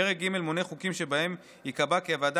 פרק ג' מונה חוקים שבהם ייקבע כי הוועדה